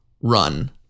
run